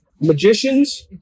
magicians